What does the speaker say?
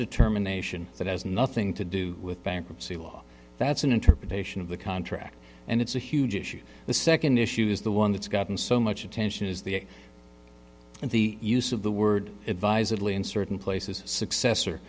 determination that has nothing to do with bankruptcy law that's an interpretation of the contract and it's a huge issue the second issue is the one that's gotten so much attention is the in the use of the word advisedly in certain places successor